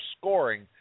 scoring